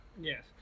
Yes